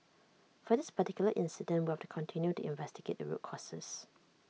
for this particular incident we have to continue to investigate the root causes